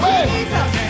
Jesus